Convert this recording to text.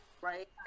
right